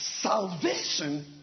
Salvation